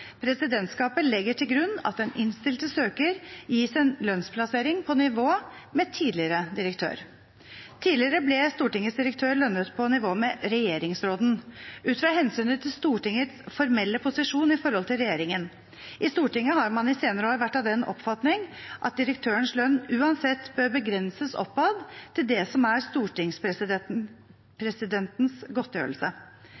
Presidentskapet legger til grunn at den innstilte søker gis en lønnsplassering på nivå med tidligere direktør. Tidligere ble Stortingets direktør lønnet på nivå med regjeringsråden ut fra hensynet til Stortingets formelle posisjon i forhold til regjeringen. I Stortinget har man de senere år vært av den oppfatning at direktørens lønn uansett bør begrenses oppad til det som er